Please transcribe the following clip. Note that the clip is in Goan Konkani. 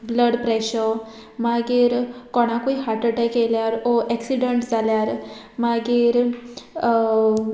ब्लड प्रेशर मागीर कोणाकूय हार्टअटॅक येयल्यार ओ एक्सिडंट जाल्यार मागीर